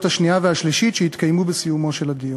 השנייה והשלישית שהתקיימו בסיומו של הדיון.